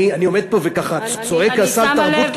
אני עומד פה וככה צועק על סל תרבות,